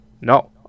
No